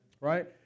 Right